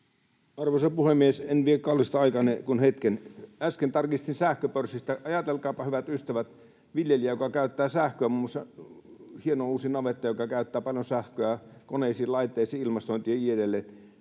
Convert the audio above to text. Arvoisa puhemies! En vie kallista aikaanne kuin hetken. Äsken tarkistin sähköpörssistä — ajatelkaapa, hyvät ystävät, viljelijällä, joka käyttää sähköä, on muun muassa hieno uusi navetta, joka käyttää paljon sähköä koneisiin, laitteisiin, ilmastointiin ja